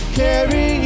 carry